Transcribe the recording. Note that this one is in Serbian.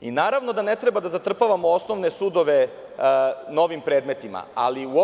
Naravno da ne treba da zatrpavamo osnovne sudove novim predmetima, ali u